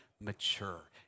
mature